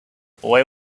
boy